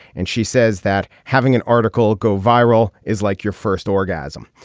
and she says that having an article go viral is like your first orgasm.